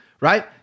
right